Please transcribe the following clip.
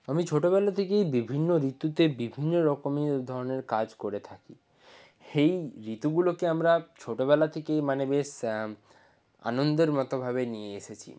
আমি ছোটোবেলা থেকেই বিভিন্ন ঋতুতে বিভিন্ন রকমের ধরনের কাজ করে থাকি এই ঋতুগুলোকে আমরা ছোটোবেলা থেকেই মানে বেশ আনন্দের মতোভাবে নিয়ে এসেছি